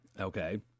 okay